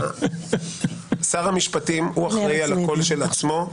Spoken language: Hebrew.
שר המשפטים אחראי על הקול של עצמו,